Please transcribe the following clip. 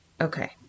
Okay